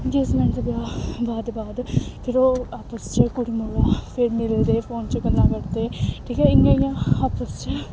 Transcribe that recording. engagement दे बा बाद बाद फिर ओह् आपस च कुड़ी मुड़ा फिर मिलदे फोन च गल्लां करदे ठीक ऐ इ'यां इ'यां आपस च